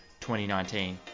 2019